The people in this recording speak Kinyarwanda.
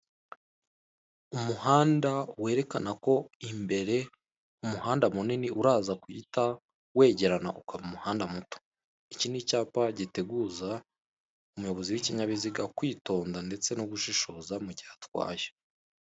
Umuhanda werekana ko imbere umuhanda munini uraza guhita wegerana ukaba umuhanda muto, iki ni icyapa giteguza umuyobozi w'ikinyabiziga kwitonda igihe atwaye.